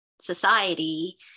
society